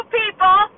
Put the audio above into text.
people